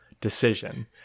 decision